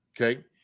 Okay